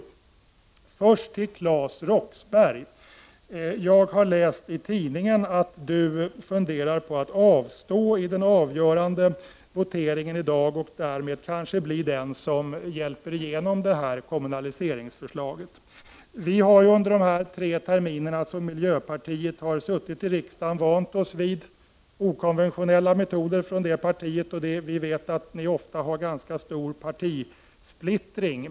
Jag vill först ställa en fråga till Claes Roxbergh. Jag har läst i tidningen att han funderar på att avstå från att rösta i den avgörande voteringen i dag och därmed kanske bli den som hjälper igenom det här kommunaliseringsförslaget. Vi har här i riksdagen under de tre terminer som miljöpartiet har suttit här vant oss vid okonventionella metoder från detta parti, och vi vet att miljöpartiet ofta har ganska stor partisplittring.